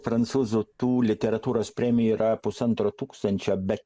prancūzų tų literatūros premijų yra pusantro tūkstančio be